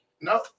No